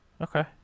Okay